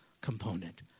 component